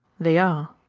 they are.